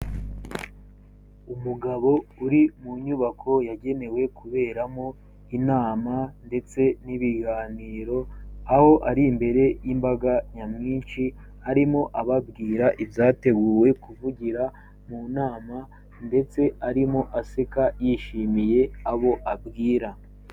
Umugabo uri mu nyubako yagenewe kuberamo inama ndetse n'ibiganiro, aho ari imbere y'imbaga nyamwinshi, arimo ababwira ibyateguwe kuvugira mu nama ndetse arimo aseka yishimiye abo abwira.